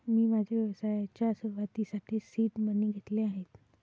मी माझ्या व्यवसायाच्या सुरुवातीसाठी सीड मनी घेतले आहेत